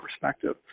perspective